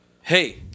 hey